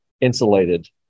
insulated